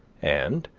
and,